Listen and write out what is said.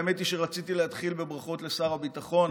האמת היא שרציתי להתחיל בברכות לשר הביטחון,